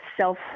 self